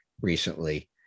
recently